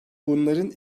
bunların